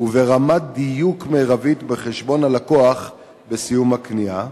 וברמת הדיוק המרבית בחשבון הלקוח בסיום הקנייה,